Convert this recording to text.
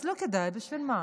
אז לא כדאי, בשביל מה?